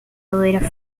loira